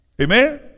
Amen